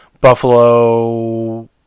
Buffalo –